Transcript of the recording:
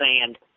sand